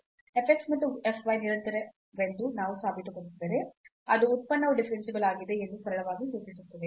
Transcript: f x ಮತ್ತು f y ನಿರಂತರವೆಂದು ನಾವು ಸಾಬೀತುಪಡಿಸಿದರೆ ಅದು ಉತ್ಪನ್ನವು ಡಿಫರೆನ್ಸಿಬಲ್ ಆಗಿದೆ ಎಂದು ಸರಳವಾಗಿ ಸೂಚಿಸುತ್ತದೆ